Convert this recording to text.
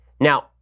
Now